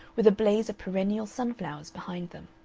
with a blaze of perennial sunflowers behind them.